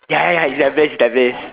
ya ya ya it's that place it's that place